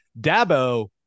Dabo